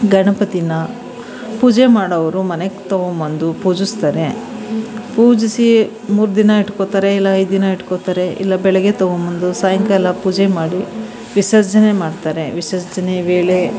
ಗಣಪತಿನ ಪೂಜೆ ಮಾಡೋವ್ರು ಮನೆಗೆ ತಗೊಂಡ್ಬಂದು ಪೂಜಿಸ್ತಾರೆ ಪೂಜಿಸಿ ಮೂರು ದಿನ ಇಟ್ಕೊಳ್ತಾರೆ ಇಲ್ಲ ಐದು ದಿನ ಇಟ್ಕೊಳ್ತಾರೆ ಇಲ್ಲ ಬೆಳಗ್ಗೆ ತಗೊಂಡ್ಬಂದು ಸಾಯಂಕಾಲ ಪೂಜೆ ಮಾಡಿ ವಿಸರ್ಜನೆ ಮಾಡ್ತಾರೆ ವಿಸರ್ಜನೆ ವೇಳೆ